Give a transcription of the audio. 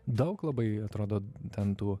daug labai atrodo ten tų